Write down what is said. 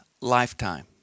lifetime